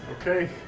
Okay